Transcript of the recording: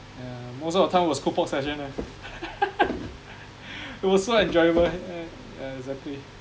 yeah most of the time was cooper session eh it was so enjoyable yeah yeah exactly